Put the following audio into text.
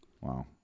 Wow